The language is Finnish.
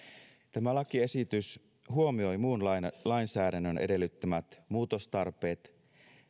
tämä lakiesitys huomioi muun lainsäädännön edellyttämät muutostarpeet